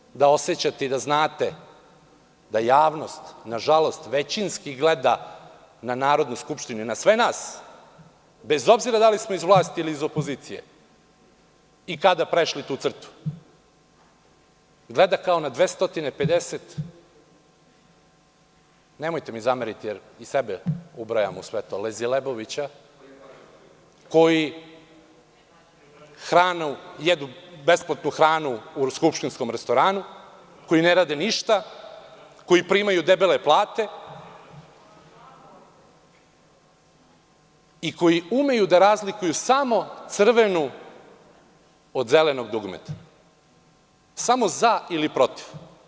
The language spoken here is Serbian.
Siguran sam da osećate i da znate da javnost, nažalost, većinski gleda na Narodnu skupštinu i na sve nas, bez obzira da li smo iz vlasti ili opozicije i kada prešli tu crtu, gleda kao na 250, nemojte mi zameriti jer i sebe ubrajam u sve to, „lezilebovića“ koji jedu besplatnu hranu u skupštinskom restoranu, koji ne rade ništa, koji primaju debele plate i koji umeju da razlikuju samo crvenu od zelenog dugmeta, samo „za“ ili „protiv“